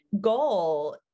goal